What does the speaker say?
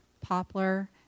poplar